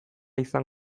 izan